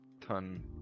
ton